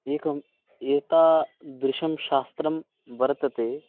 एकम् एतादृशं शास्त्रं वर्तते